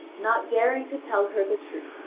not daring to tell her the truth.